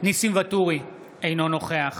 ניסים ואטורי, אינו נוכח